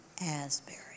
Asbury